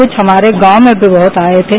कुछ हमारे गांव में भी बहुत आये थे